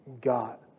got